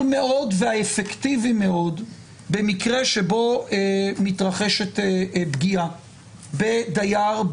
מאוד והאפקטיבי מאוד במקרה שבו מתרחשת פגיעה בדייר,